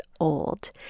old